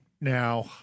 now